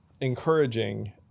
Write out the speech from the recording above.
encouraging